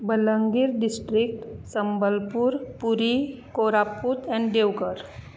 Balangir district Sambalpur Puri Koraput आनी देवघर